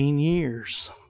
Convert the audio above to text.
years